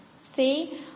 See